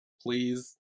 Please